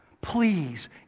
Please